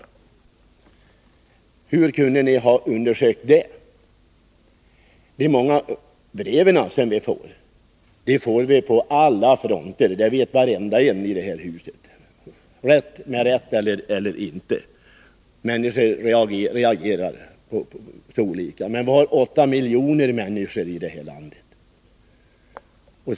Hur skulle ni f. ö ha kunnat undersöka det? Bertil Zachrisson nämnde de många brev som vi har fått. Men brev får vi från alla fronter — det vet varenda en i detta hus. Människor reagerar så olika, och vi har 8 miljoner människor i detta land.